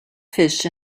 fish